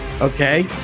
okay